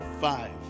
Five